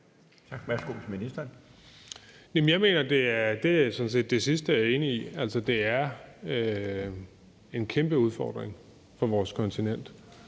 Dybvad Bek): Det sidste er jeg enig i. Det er en kæmpeudfordring for vores kontinent